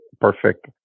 perfect